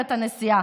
הגברת הנשיאה.